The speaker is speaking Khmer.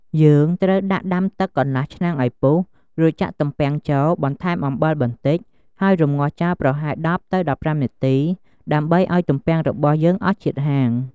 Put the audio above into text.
យើងត្រូវដាក់ដាំទឹកកន្លះឆ្នាំងឱ្យពុះ រួចចាក់ទំពាំងចូល បន្ថែមអំបិលបន្ដិច ហើយរំងាស់ចោលប្រហែល១០ ទៅ១៥នាទី ដើម្បីឱ្យទំពាំងរបស់យើងអស់ជាតិហាង។